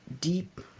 deep